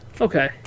Okay